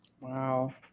Wow